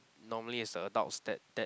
normally is the adults that that